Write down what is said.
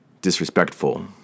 disrespectful